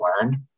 learned